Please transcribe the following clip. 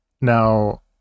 Now